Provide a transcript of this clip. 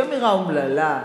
אמירה אומללה.